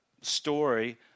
story